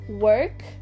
work